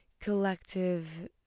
collective